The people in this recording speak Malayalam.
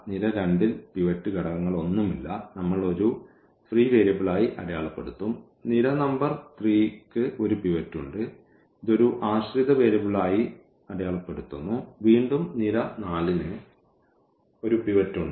നിര 2 ൽ പിവറ്റ് ഘടകങ്ങളൊന്നുമില്ല നമ്മൾ ഒരു ഫ്രീ വേരിയബിളായി അടയാളപ്പെടുത്തും നിര നമ്പർ 3 ന് ഒരു പിവറ്റ് ഉണ്ട് ഇത് ഒരു ആശ്രിത വേരിയബിളായി അടയാളപ്പെടുത്തുന്നു വീണ്ടും നിര 4 ന് ഒരു പിവറ്റ് ഉണ്ട്